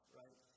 right